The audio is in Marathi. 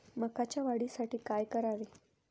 मकाच्या वाढीसाठी काय करावे?